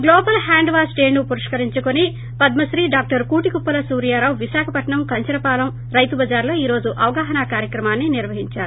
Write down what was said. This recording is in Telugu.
గ్లోబల్ హ్యాండ్ వాష్ డేను పురస్కరించుకుని పద్మశ్రీ డాక్టర్ కూటికుప్పల సూర్యారావు విశాఖపట్నం కంచరపాలెం రైతు బజారులో ఈ రోజు అవగాహనా కార్యక్రమం నిర్వహించారు